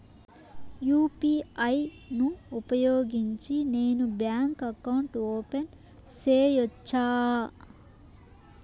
UPI ను ఉపయోగించి నేను బ్యాంకు అకౌంట్ ఓపెన్ సేయొచ్చా?